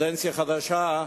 לקדנציה חדשה,